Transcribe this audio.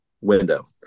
window